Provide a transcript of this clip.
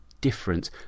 different